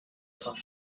cent